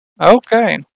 Okay